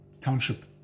Township